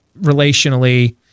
relationally